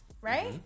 right